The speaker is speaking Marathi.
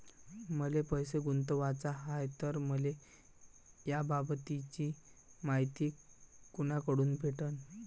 मले पैसा गुंतवाचा हाय तर मले याबाबतीची मायती कुनाकडून भेटन?